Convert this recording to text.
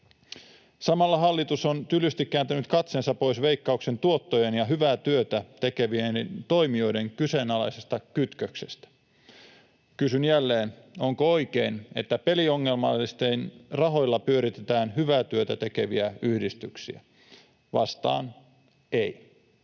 Samalla hallitus on tylysti kääntänyt katseensa pois Veikkauksen tuottojen ja hyvää työtä tekevien toimijoiden kyseenalaisesta kytköksestä. Kysyn jälleen: onko oikein, että peliongelmaisten rahoilla pyöritetään hyvää työtä tekeviä yhdistyksiä? Vastaan: ei.